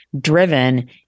driven